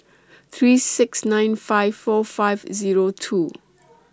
three six nine five four five Zero two